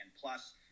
plus